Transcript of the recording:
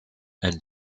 and